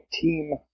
team